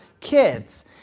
kids